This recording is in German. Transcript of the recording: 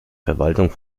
verwaltung